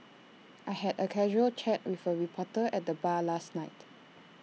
I had A casual chat with A reporter at the bar last night